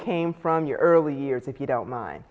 came from your early years if you don't mind